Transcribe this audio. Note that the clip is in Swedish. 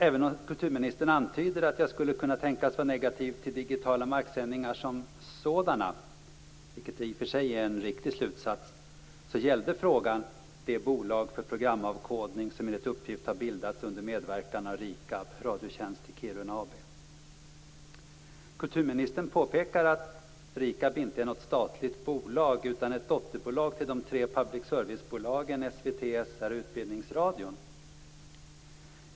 Även om kulturministern antyder att jag skulle kunna tänkas vara negativ till digitala marksändningar som sådana, vilket i och för sig är en riktig slutsats, så gällde frågan det bolag för programavkodning som enligt uppgift har bildats under medverkan av RIKAB, Radiotjänst i Kulturministern påpekar att RIKAB inte är något statligt bolag utan ett dotterbolag till de tre public service-bolagen SVT, SR och Utbildningsradion.